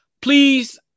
Please